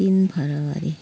तिन फेब्रुअरी